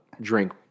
drink